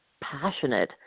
passionate